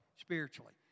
spiritually